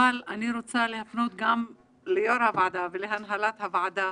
אבל אני רוצה להפנות גם ליו"ר הוועדה ולהנהלת הוועדה,